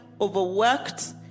overworked